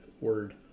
word